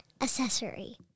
accessory